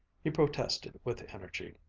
he protested with energy.